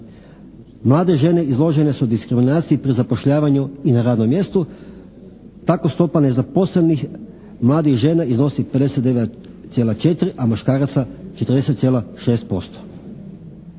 Mlade žene izložene su diskriminaciji pri zapošljavanju i na radnom mjestu. Tako stopa nezaposlenih mladih žena iznosi 59,5 a muškaraca 40,6%.